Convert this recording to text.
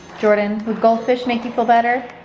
jordan, would goldfish make you feel better?